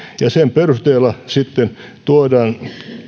ja sen perusteella sitten tuodaan